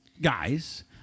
Guys